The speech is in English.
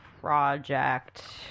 project